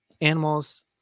animals